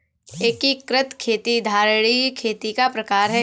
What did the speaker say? एकीकृत खेती धारणीय खेती का प्रकार है